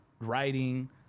writing